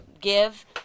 give